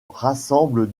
rassemblent